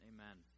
Amen